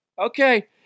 Okay